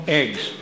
eggs